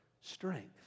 strength